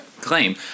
claim